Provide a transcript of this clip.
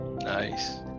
Nice